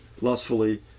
lustfully